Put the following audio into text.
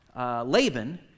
Laban